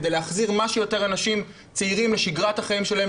כדי להחזיר כמה שיותר אנשים צעירים לשגרת העבודה שלהם,